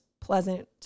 pleasant